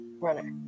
runner